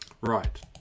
right